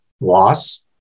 loss